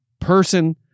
person